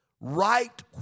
right